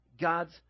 God's